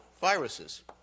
viruses